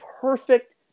perfect